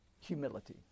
humility